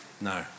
No